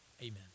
Amen